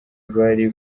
bari